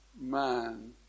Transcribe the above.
man